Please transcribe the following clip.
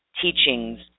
teachings